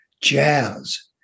jazz